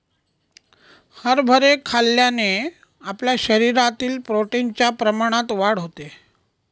हरभरे खाल्ल्याने आपल्या शरीरातील प्रोटीन च्या प्रमाणात वाढ होते